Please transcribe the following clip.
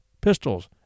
pistols